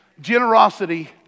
Generosity